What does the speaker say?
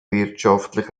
wirtschaftlich